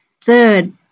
Third